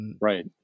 Right